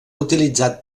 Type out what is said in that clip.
utilitzat